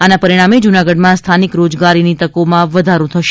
આના પરિણામે જૂનાગઢમાં સ્થાનિક રોજગારીની તકીમાં વધારો થશે